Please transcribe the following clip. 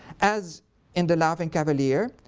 as in the laughing cavalier,